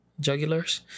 jugulars